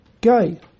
gay